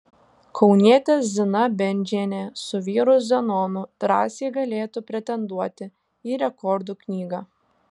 kaunietė zina bendžienė su vyru zenonu drąsiai galėtų pretenduoti į rekordų knygą